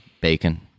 Bacon